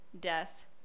death